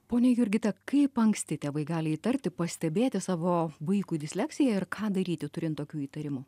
ponia jurgita kaip anksti tėvai gali įtarti pastebėti savo vaikui disleksiją ir ką daryti turint tokių įtarimų